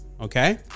Okay